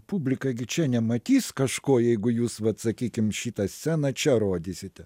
publika gi čia nematys kažko jeigu jūs vat sakykim šitą sceną čia rodysite